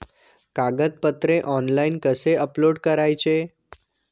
कागदपत्रे ऑनलाइन कसे अपलोड करायचे?